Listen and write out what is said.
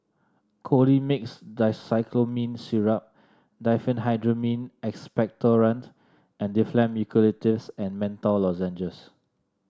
Colimix Dicyclomine Syrup Diphenhydramine Expectorant and Difflam Eucalyptus and Menthol Lozenges